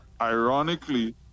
ironically